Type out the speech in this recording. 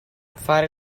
fare